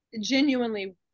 genuinely